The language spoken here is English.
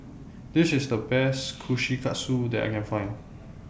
This IS The Best Kushikatsu that I Can Find